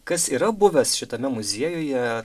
kas yra buvęs šitame muziejuje